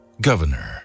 governor